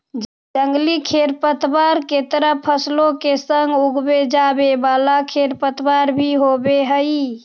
जंगली खेरपतवार के तरह फसलों के संग उगवे जावे वाला खेरपतवार भी होवे हई